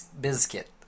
Biscuit